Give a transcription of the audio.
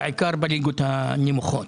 בעיקר בליגות הנמוכות.